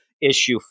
issue